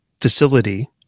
facility